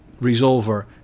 resolver